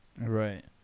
Right